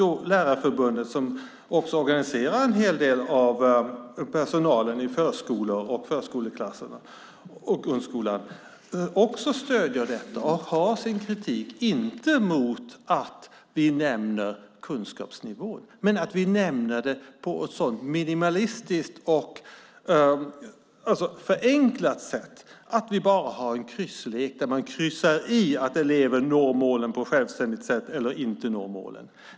Lärarförbundet, som organiserar en hel del av personalen i förskolor, förskoleklasser och grundskolan, stöder också detta. De har sin kritik inte mot att vi nämner kunskapsnivå men mot att vi nämner det på ett så minimalistiskt och förenklat sätt, att vi bara har en krysslek där man kryssar i att eleven når målen på ett självständigt sätt eller inte når målen.